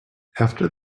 after